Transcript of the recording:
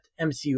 MCU